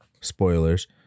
Spoilers